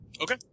Okay